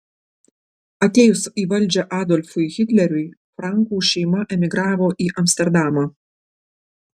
atėjus į valdžią adolfui hitleriui frankų šeima emigravo į amsterdamą